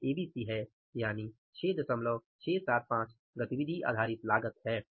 यह एबीसी है यानि 6675 गतिविधि आधारित लागत है